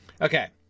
Okay